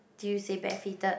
do you say bare feeted